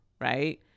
right